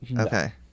okay